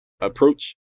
approach